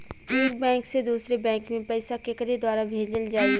एक बैंक से दूसरे बैंक मे पैसा केकरे द्वारा भेजल जाई?